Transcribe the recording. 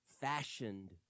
fashioned